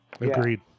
Agreed